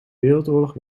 wereldoorlog